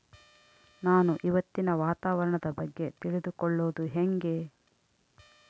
ನಾನು ಇವತ್ತಿನ ವಾತಾವರಣದ ಬಗ್ಗೆ ತಿಳಿದುಕೊಳ್ಳೋದು ಹೆಂಗೆ?